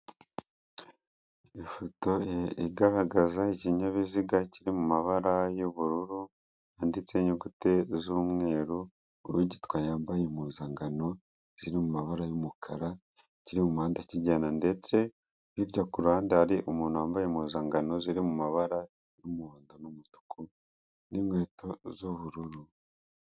Ifoto igaragaza ikinyabiziga kiri mu mabara y'ubururu yanditseho inyuguti z'umweru ugitwaye yambaye impuzankano ziri mu mabara y'umukara kiri muhanda kigenda ndetse hirya ku ruhande hari umuntu wambaye impuzangano ziri mu mabara n'umuhondo n'umutuku n'inkweto z'ubururu.